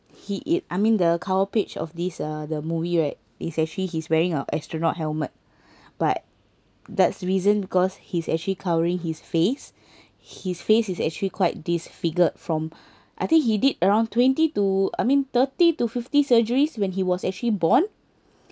he it I mean the cover page of this uh the movie right is actually he's wearing a astronaut helmet but that's reason cause he's actually covering his face his face is actually quite disfigured from I think he did around twenty to I mean thirty to fifty surgeries when he was actually born